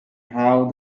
have